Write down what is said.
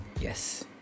Yes